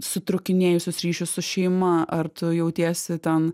sutrūkinėjusius ryšius su šeima ar tu jautiesi ten